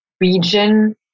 region